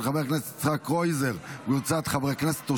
של חבר הכנסת יצחק קרויזר וקבוצת חברי הכנסת,